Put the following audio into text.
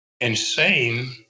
insane